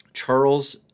Charles